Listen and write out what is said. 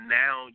now